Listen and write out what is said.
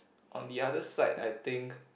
on the other side I think